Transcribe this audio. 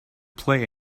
play